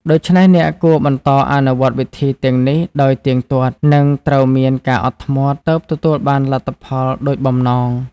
ដូច្នេះអ្នកគួរបន្តអនុវត្តវិធីទាំងនេះដោយទៀងទាត់ និងត្រូវមានការអត់ធ្មត់ទើបទទួលបានលទ្ធផលដូចបំណង។